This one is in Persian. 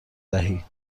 دهی